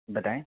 बताएँ